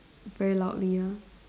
very loudly ah